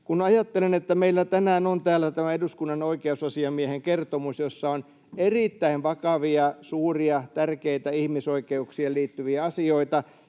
kun ajattelen, että meillä tänään on täällä tämä eduskunnan oikeusasiamiehen kertomus, jossa on erittäin vakavia, suuria, tärkeitä ihmisoikeuksiin liittyviä asioita,